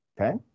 Okay